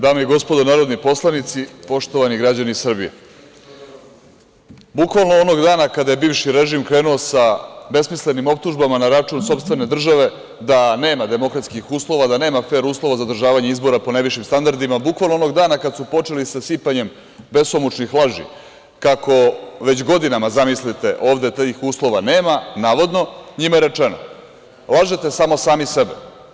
Dame i gospodo narodni poslanici, poštovani građani Srbije, bukvalno onog dana kada je bivši režim krenuo sa besmislenim optužbama na račun sopstvene države da nema demokratskih uslova, da nema fer uslova zadržavanje izbora po najvišim standardima, bukvalnog onog dana kada su počeli sa sipanjem besomučnih laži kako već godinama, zamislite, ovde tih uslova nema, navodno, njima je rečeno - lažete samo sami sebe.